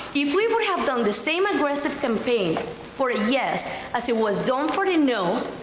if we would have done the same aggressive campaign for a yes as it was done for a no,